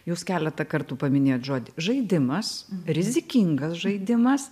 jūs keletą kartų paminėjot žodį žaidimas rizikingas žaidimas